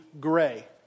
gray